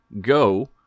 Go